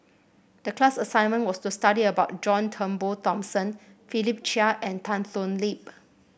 the class assignment was to study about John Turnbull Thomson Philip Chia and Tan Thoon Lip